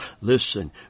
Listen